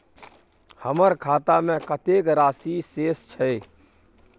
हमर खाता में कतेक राशि शेस छै?